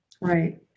Right